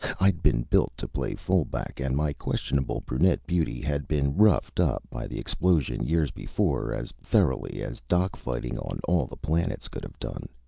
i'd been built to play fullback, and my questionable brunet beauty had been roughed up by the explosion years before as thoroughly as dock fighting on all the planets could have done.